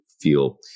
feel